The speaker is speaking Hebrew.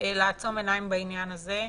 לעצום עיניים בעניין הזה.